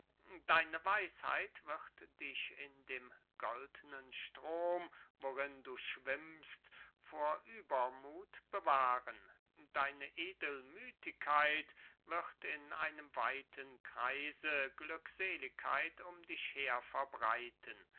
deine weisheit wird dich in dem goldnen strom worin du schwimmst vor übermuth bewahren deine edelmüthigkeit wird in einem weiten kreise glückseligkeit um dich her verbreiten